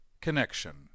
Connection